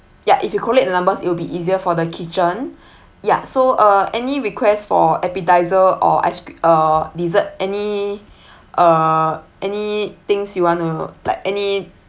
ya if you collate the numbers it'll be easier for the kitchen ya so uh any request for appetiser or ice crea~ uh dessert any uh any things you want to like any